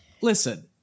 Listen